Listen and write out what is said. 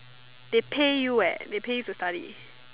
they pay you eh they pay you to study